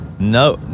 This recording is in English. No